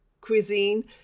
cuisine